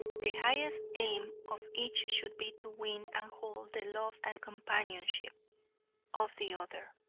the highest aim of each should be to win and hold the love and companionship of the other.